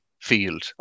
field